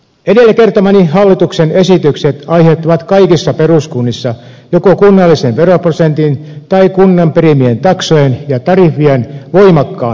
edellä kertomani hallituksen esitykset aiheuttavat kaikissa peruskunnissa joko kunnallisen veroprosentin tai kunnan perimien taksojen ja tariffien voimakkaan korotuksen